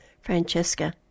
Francesca